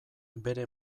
bere